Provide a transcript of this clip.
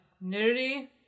Nudity